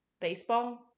Baseball